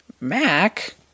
Mac